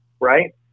right